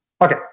Okay